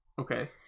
Okay